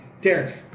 Derek